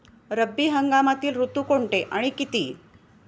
रब्बी हंगामातील ऋतू कोणते आणि किती?